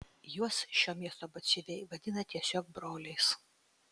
juos šio miesto batsiuviai vadina tiesiog broliais